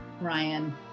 Ryan